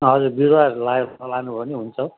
हजुर बिरुवाहरू लानु भए नि हुन्छ